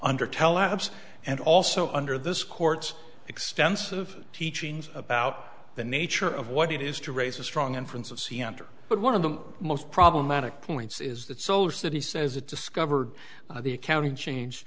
under tellabs and also under this court's extensive teachings about the nature of what it is to raise a strong inference of cmdr but one of the most problematic points is that solar city says it discovered the accounting change